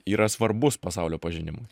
yra svarbus pasaulio pažinimui